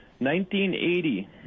1980